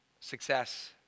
success